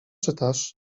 czytasz